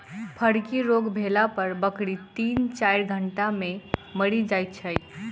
फड़की रोग भेला पर बकरी तीन चाइर घंटा मे मरि जाइत छै